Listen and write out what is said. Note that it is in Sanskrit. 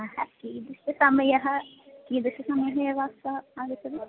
अः कीदृशः समयः कीदृशः समये एव आगच्छति